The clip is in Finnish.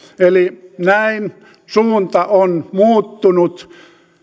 näin suunta on muuttunut